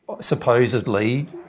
supposedly